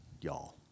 y'all